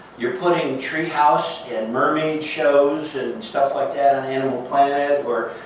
you're putting tree house and mermaid shows and and stuff like that on animal planet. or,